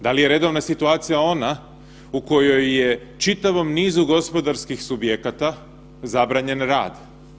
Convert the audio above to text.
Da li je redovna situacija ona u kojoj je čitavom nizu gospodarskih subjekata zabranjen rad?